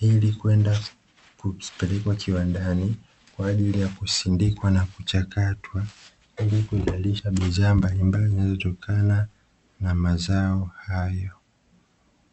ili kwenda kupelekwa kiwandani kwa ajili ya kusindikwa na kuchakatwa ili kuzalisha bidhaa mbalimbali zinazotokana na mazao hayo.